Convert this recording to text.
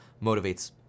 Motivates